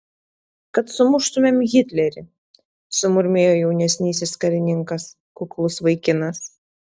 kad sumuštumėm hitlerį sumurmėjo jaunesnysis karininkas kuklus vaikinas